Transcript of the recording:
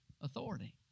authority